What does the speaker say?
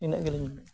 ᱱᱤᱱᱟᱹᱜ ᱜᱮᱞᱤᱧ ᱢᱮᱱᱮᱫᱼᱟ